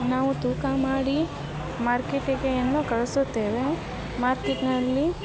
ನಾವು ತೂಕ ಮಾಡಿ ಮಾರ್ಕೆಟಿಗೆಯನ್ನು ಕಳಿಸುತ್ತೇವೆ ಮಾರ್ಕೆಟ್ನಲ್ಲಿ